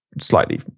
slightly